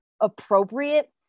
appropriate